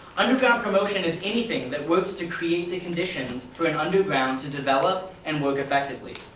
underground promotion is anything that works to create the conditions for an underground to develop and work effectively.